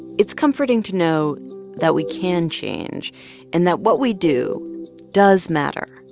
it's comforting to know that we can change and that what we do does matter.